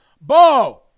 Bo